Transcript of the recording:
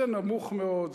זה נמוך מאוד,